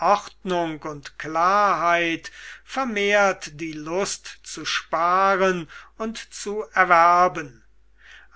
ordnung und klarheit vermehrt die lust zu sparen und zu erwerben